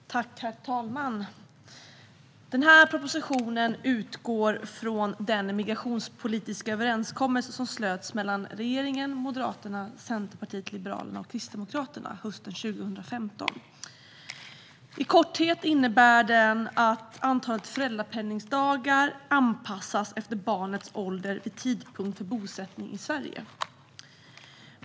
Herr talman! Den här propositionen utgår från den migrationspolitiska överenskommelse som slöts mellan regeringen, Moderaterna, Centerpartiet, Liberalerna och Kristdemokraterna hösten 2015. I korthet innebär den att antalet föräldrapenningdagar anpassas efter barnets ålder vid tidpunkt för bosättning i Sverige.